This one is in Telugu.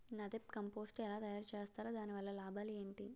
నదెప్ కంపోస్టు ఎలా తయారు చేస్తారు? దాని వల్ల లాభాలు ఏంటి?